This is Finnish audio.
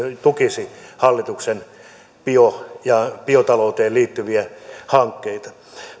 tukisi hallituksen biotalouteen liittyviä hankkeita